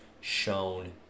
shown